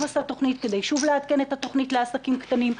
עשה תוכנית כדי שוב לעדכן את התוכנית לעסקים הקטנים.